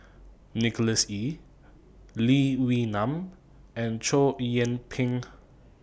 Nicholas Ee Lee Wee Nam and Chow Yian Ping